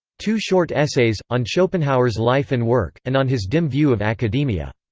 two short essays, on schopenhauer's life and work, and on his dim view of academia.